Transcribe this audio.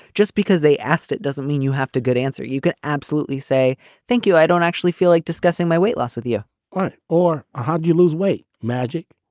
just because they asked it doesn't mean you have to. good answer. you can absolutely say thank you. i don't actually feel like discussing my weight loss with you or how do you lose weight? magic.